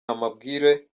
amabwire